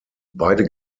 beide